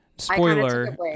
spoiler